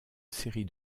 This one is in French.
série